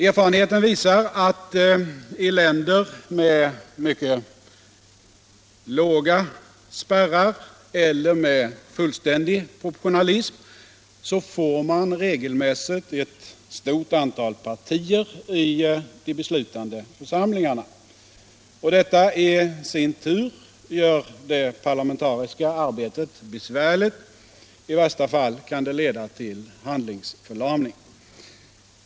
Erfarenheten visar att i länder med mycket låga spärrar eller med fullständig proportionalism får man regelmässigt ett stort antal partier i de beslutande församlingarna. Detta i sin tur gör det parlamentariska arbetet besvärligt — i värsta fall kan det leda till handlingsförlamning.